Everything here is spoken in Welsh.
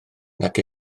nac